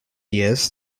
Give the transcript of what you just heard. years